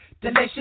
Delicious